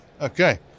Okay